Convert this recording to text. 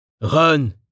Run